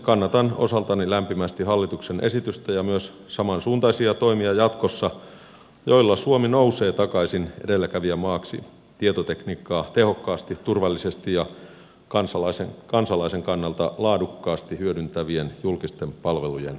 kannatan osaltani lämpimästi hallituksen esitystä ja myös jatkossa samansuuntaisia toimia joilla suomi nousee takaisin edelläkävijämaaksi tietotekniikkaa tehokkaasti turvallisesti ja kansalaisen kannalta laadukkaasti hyödyntävien julkisten palvelujen kehittäjänä